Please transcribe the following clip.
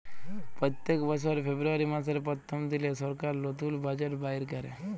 প্যত্তেক বসর ফেব্রুয়ারি মাসের পথ্থম দিলে সরকার লতুল বাজেট বাইর ক্যরে